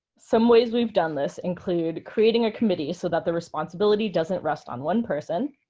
some ways we've done this include creating a committee so that the responsibility doesn't rest on one person,